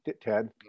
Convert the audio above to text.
Ted